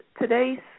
today's